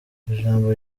ijambo